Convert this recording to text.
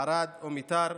ערד או מיתר.